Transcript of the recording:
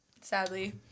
Sadly